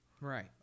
right